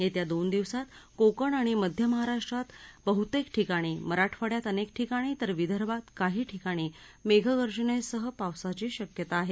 येत्या दोन दिवसात कोकण आणि मध्य महाराष्ट्रात बहुतेक ठिकाणी मराठवाङ्यात अनेक ठिकाणी तर विदर्भात काही ठिकाणी मेघगर्जनेसह पावसाची शक्यता आहे